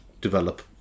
develop